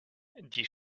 die